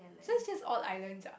so it just odd island ah